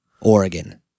Oregon